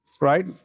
right